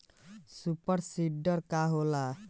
Super seeder का होला?